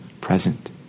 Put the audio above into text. present